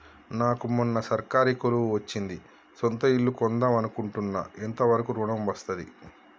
నాకు మొన్న సర్కారీ కొలువు వచ్చింది సొంత ఇల్లు కొన్దాం అనుకుంటున్నా ఎంత వరకు ఋణం వస్తది?